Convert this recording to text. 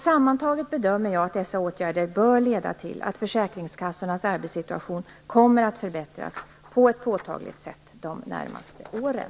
Sammantaget bedömer jag att dessa åtgärder bör leda till att försäkringskassornas arbetssituation kommer att förbättras på ett påtagligt sätt de närmaste åren.